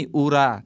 ura